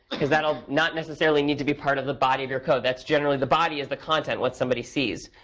because that will not necessarily need to be part of the body of your code. that's generally the body is the content, what somebody sees.